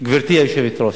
גברתי היושבת-ראש.